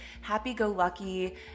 happy-go-lucky